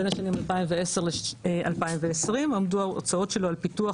בין השנים 2010-2020 עמדו ההוצאות שלו על פיתוח